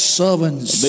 servants